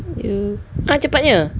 mm ha cepatnya